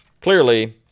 Clearly